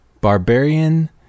Barbarian